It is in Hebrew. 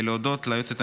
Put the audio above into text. להודות ליועצת המשפטית,